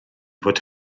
fod